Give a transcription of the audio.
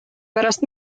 pärast